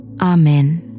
Amen